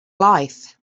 life